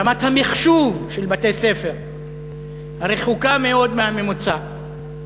רמת המחשוב של בתי-ספר רחוקה מאוד מהממוצע.